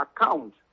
account